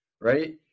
Right